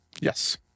Yes